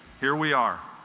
here we are